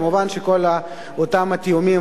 מובן שכל אותם התיאומים,